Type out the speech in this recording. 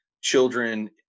children